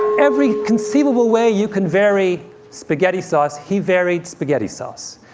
every conceivable way you can vary spaghetti sauce, he varied spaghetti sauce.